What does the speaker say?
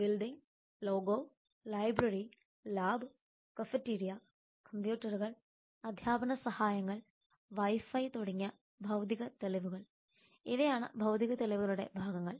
building logo library lab cafeteria കമ്പ്യൂട്ടറുകൾ അധ്യാപന സഹായങ്ങൾ വൈഫൈ തുടങ്ങിയ ഭൌതിക തെളിവുകൾ ഇവയാണ് ഭൌതിക തെളിവുകളുടെ ഭാഗങ്ങൾ